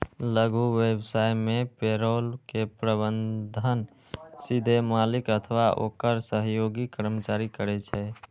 लघु व्यवसाय मे पेरोल के प्रबंधन सीधे मालिक अथवा ओकर सहयोगी कर्मचारी करै छै